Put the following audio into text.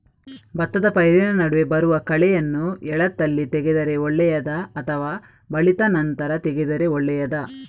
ಭತ್ತದ ಪೈರಿನ ನಡುವೆ ಬರುವ ಕಳೆಯನ್ನು ಎಳತ್ತಲ್ಲಿ ತೆಗೆದರೆ ಒಳ್ಳೆಯದಾ ಅಥವಾ ಬಲಿತ ನಂತರ ತೆಗೆದರೆ ಒಳ್ಳೆಯದಾ?